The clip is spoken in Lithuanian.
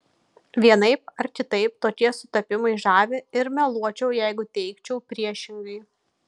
vienaip ar kitaip tokie sutapimai žavi ir meluočiau jeigu teigčiau priešingai